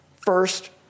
First